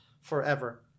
forever